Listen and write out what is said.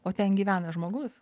o ten gyvena žmogus